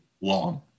long